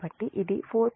కాబట్టి ఇది4